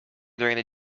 during